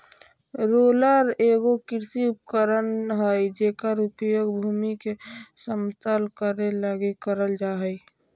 roller एगो कृषि उपकरण हइ जेकर उपयोग भूमि के समतल करे लगी करल जा हइ